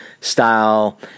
style